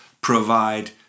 provide